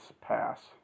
Pass